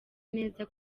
neza